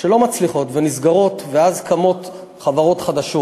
שלא מצליחות ונסגרות, ואז קמות חברות חדשות.